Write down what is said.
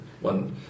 one